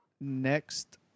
Next